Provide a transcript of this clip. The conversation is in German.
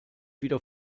wieder